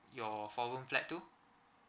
your four room flat to